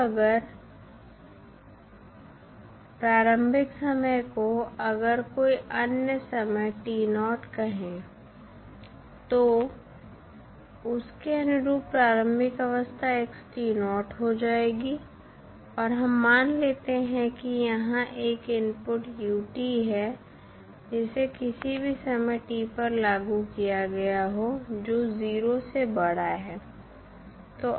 अब अगर प्रारंभिक समय को अगर कोई अन्य समय कहें तो उसके अनुरूप प्रारंभिक अवस्था x हो जाएगी और हम मान लेते हैं कि यहाँ एक इनपुट है जिसे किसी भी समय t पर लागू किया गया है जो 0 से बड़ा है